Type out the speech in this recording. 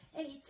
eight